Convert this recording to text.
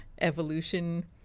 evolution